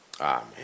Amen